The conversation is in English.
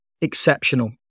exceptional